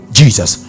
jesus